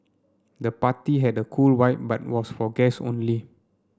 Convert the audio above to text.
the party had a cool vibe but was for guests only